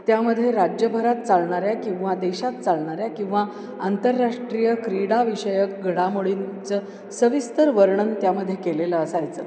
त्यामधे राज्यभरात चालणाऱ्या किंवा देशात चालणाऱ्या किंवा आंतरराष्ट्रीय क्रीडाविषयक घडामोडींचं सविस्तर वर्णन त्यामध्ये केलेलं असायचं